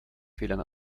fehlern